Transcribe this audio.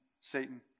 Satan